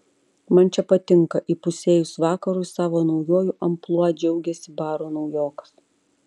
man čia patinka įpusėjus vakarui savo naujuoju amplua džiaugėsi baro naujokas